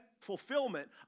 fulfillment